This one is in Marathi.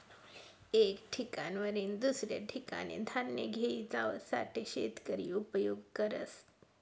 एक ठिकाणवरीन दुसऱ्या ठिकाने धान्य घेई जावासाठे शेतकरी उपयोग करस